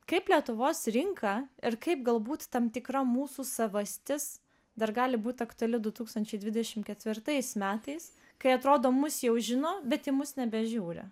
kaip lietuvos rinka ir kaip galbūt tam tikra mūsų savastis dar gali būt aktuali du tūkstančiai dvidešim ketvirtaisiais metais kai atrodo mus jau žino bet į mus nebežiūri